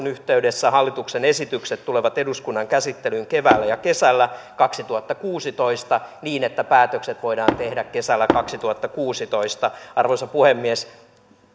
yhteydessä hallituksen esitykset tulevat eduskunnan käsittelyyn keväällä ja kesällä kaksituhattakuusitoista niin että päätökset voidaan tehdä kesällä kaksituhattakuusitoista arvoisa puhemies